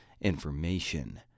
information